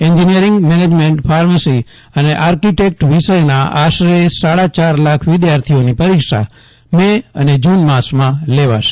engineering management pharmacy અને architect વિષયના આશરે સાડા ચાર લાખ વિદ્યાર્થીઓની પરીક્ષા મે અને જૂન માસમાં લેવાશે